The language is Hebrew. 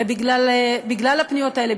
ובגלל הפניות האלה,